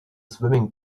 swimming